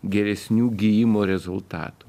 geresnių gijimo rezultatų